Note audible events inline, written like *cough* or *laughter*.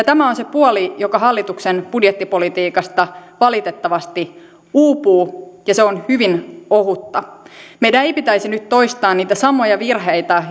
*unintelligible* tämä on se puoli joka hallituksen budjettipolitiikasta valitettavasti uupuu ja se on hyvin ohutta meidän ei pitäisi nyt toistaa niitä samoja virheitä *unintelligible*